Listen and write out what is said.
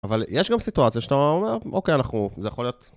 אבל יש גם סיטואציה שאתה אומר, אוקיי, אנחנו, זה יכול להיות...